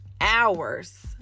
hours